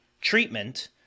treatment